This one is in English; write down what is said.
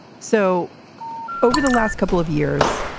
so over the last couple of years,